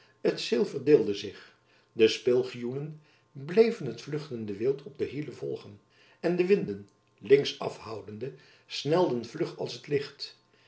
verdeelde zich de spilgioenen bleven het vluchtende wild op de hielen volgen en de winden links af houdende snelden jacob van lennep elizabeth musch vlug als het licht